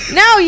no